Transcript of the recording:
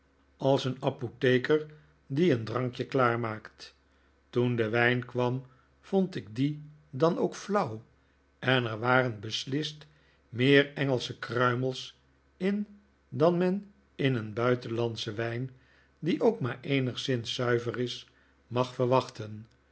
als een apotheker die een drankje klaarmaakt toen de wijn kwam vond ik dien dan ook flauw en er waren beslist meer engelsche kruimels in dan men in een buitenlandschen wijn die ook maar enigszins zuiver is mag verwachten